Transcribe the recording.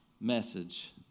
message